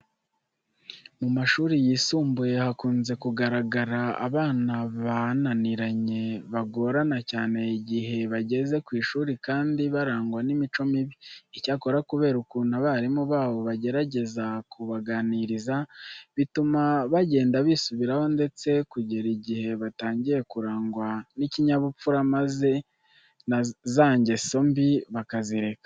Mu mashuri yisumbuye hakunze kugaragara abana bananiranye bagorana cyane igihe bageze ku ishuri kandi barangwa n'imico mibi. Icyakora kubera ukuntu abarimu babo bagerageza kubaganiriza, bituma bagenda bisubiraho ndetse kugera igihe batangiye kurangwa n'ikinyabupfura maze za ngeso mbi bakazireka.